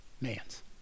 man's